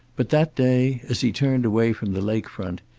but that day as he turned away from the lake front,